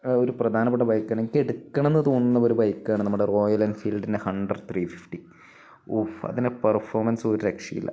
ഒരു പ്രധാനപ്പെട്ട ബൈക്കാണ് എനിക്ക് എടുക്കണമെന്ന് തോന്നുന്ന ഒരു ബൈക്കാണ് നമ്മുടെ റോയൽ എൻഫീൽഡിന്റെ ഹൺഡ്രഡ് ത്രീ ഫിഫ്റ്റി ഊഫ് അതിന്റെ പെർഫോമൻസ് ഒരു രക്ഷയുമില്ല